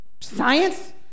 science